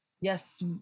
yes